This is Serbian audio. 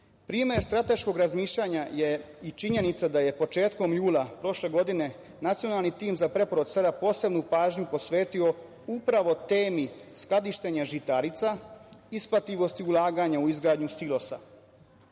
strateškog razmišljanja je i činjenica da je početkom jula prošle godine Nacionalni tim za preporod sela posebnu pažnju posvetio upravo temi skladištenja žitarica, isplativosti ulaganja u izgradnju silosa.